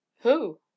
Who